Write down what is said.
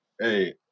Hey